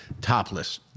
topless